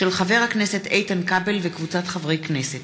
של חבר הכנסת איתן כבל וקבוצת חברי הכנסת,